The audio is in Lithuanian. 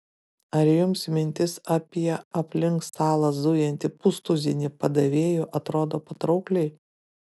ar jums mintis apie aplink stalą zujantį pustuzinį padavėjų atrodo patraukliai